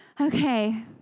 Okay